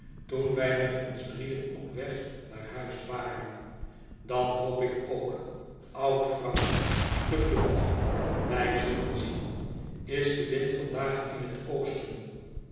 toen wij met ons drieën op weg naar huis waren dat hoop ik ook oud vrouwtje geduld wij zullen zien is de wind vandaag in het oosten